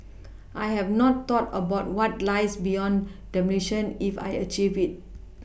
I have not thought about what lies beyond demolition if I achieve it